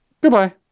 Goodbye